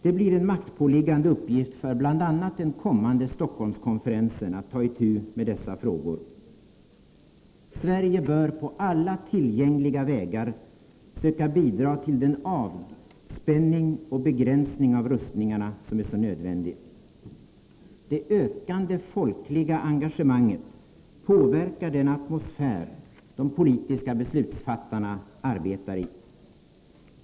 Det blir en maktpåliggande uppgift för bl.a. den kommande Stockholmskonferensen att ta itu med dessa frågor. Sverige bör på alla tillgängliga vägar söka bidra till den avspänning och begränsning av rustningarna som är så nödvändig. Det ökande folkliga engagemanget påverkar den atmosfär de politiska beslutsfattarna arbetar i.